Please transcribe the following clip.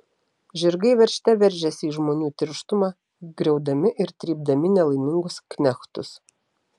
žirgai veržte veržėsi į žmonių tirštumą griaudami ir trypdami nelaimingus knechtus